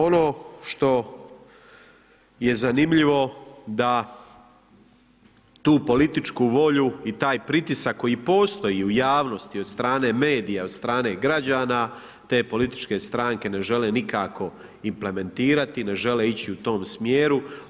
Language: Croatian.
Ono što je zanimljivo da tu političku volju i taj pritisak koji postoji u javnosti od strane medija, od strane građana, te političke stranke ne žele nikako implementirati, ne žele ići u tom smjeru.